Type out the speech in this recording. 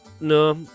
No